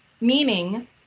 meaning